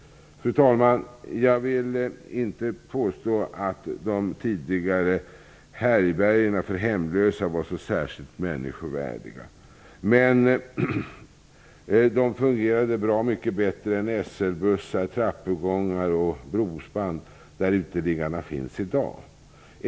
Fru talman! Jag vill inte påstå att de tidigare härbärgena för hemlösa var så särskilt människovärdiga. Men de fungerade bra mycket bättre än SL-bussar, trappuppgångar och brospann där uteliggarna finns i dag.